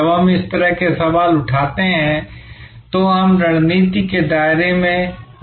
जब हम इस तरह के सवाल उठाते हैं तो हम रणनीति के दायरे में होते हैं